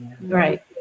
Right